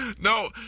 No